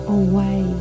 away